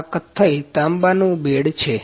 આ કથ્થઈ તાંબાનું બેડ છે